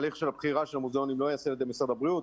התהליך של הבחירה של המוזיאונים לא ייעשה על ידי משרד הבריאות.